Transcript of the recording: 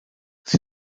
sie